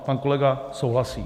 Pan kolega souhlasí.